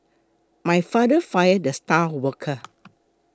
my father fired the star worker